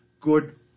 Good